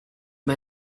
mae